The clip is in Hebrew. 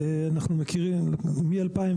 מ-2019,